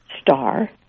star